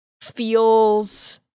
feels